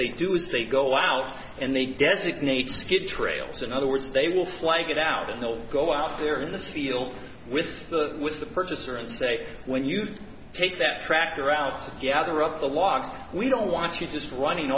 they do is they go out and they designate skid trails in other words they will fly get out and they'll go out there in the field with the with the purchaser and say when you take that tractor out gather up the logs we don't want you just running